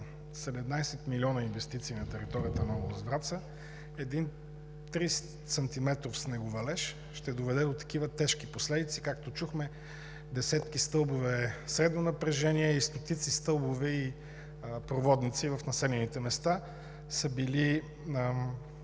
след 17 милиона инвестиции на територията на област Враца един 3-сантиметров снеговалеж ще доведе до такива тежки последици. Както чухме, десетки стълбове средно напрежение и стотици стълбове и проводници в населените места са били